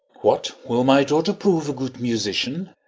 what, will my daughter prove a good musician?